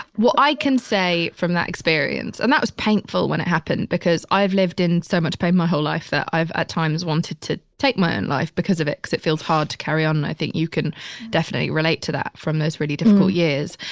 well, i can say from that experience and that was painful when it happened because i've lived in so much pain my whole life that i've at times wanted to take my own and life because of it. cause it feels hard to carry on. and i think you can definitely relate to that from those really difficult years.